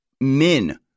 men